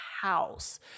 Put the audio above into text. house